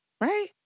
Right